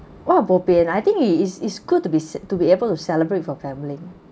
!wah! bo pian I think is is good to be s~ to be able to celebrate with family